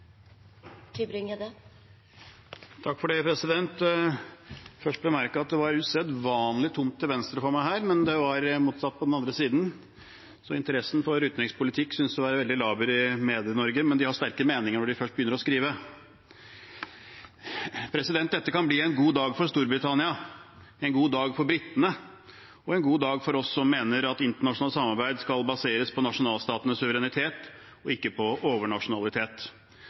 usedvanlig tomt i presselosjen til venstre for meg her, mens det er motsatt i diplomatlosjen på den andre siden. Interessen for utenrikspolitikk synes å være veldig laber i Medie-Norge, men de har sterke meninger når de først begynner å skrive. Dette kan bli en god dag for Storbritannia, en god dag for britene og en god dag for oss som mener at internasjonalt samarbeid skal baseres på nasjonalstatenes suverenitet og ikke på overnasjonalitet.